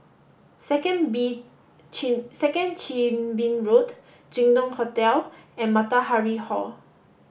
Second Bee Chin Second Chin Bee Road Jin Dong Hotel and Matahari Hall